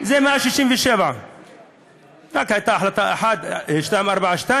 זה מאז 67'. רק הייתה החלטה אחת, 242,